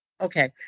Okay